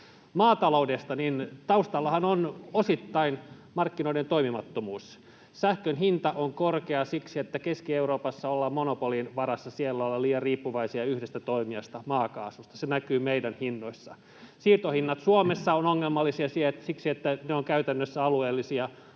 Maataloudesta: Taustallahan on osittain markkinoiden toimimattomuus. Sähkön hinta on korkea siksi, että Keski-Euroopassa ollaan monopolin varassa: siellä ollaan liian riippuvaisia yhdestä toimijasta, maakaasusta. Se näkyy meidän hinnoissamme. Siirtohinnat Suomessa ovat ongelmallisia siksi, että ne ovat käytännössä alueellisia